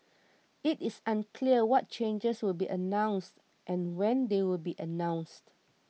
it is unclear what changes will be announced and when they will be announced